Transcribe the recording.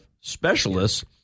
specialists